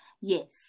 Yes